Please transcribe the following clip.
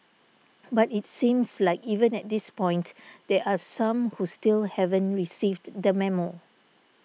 but it seems like even at this point there are some who still haven't received the memo